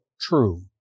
true